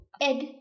Ed